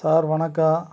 sir வணக்கம்